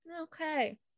okay